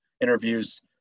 interviews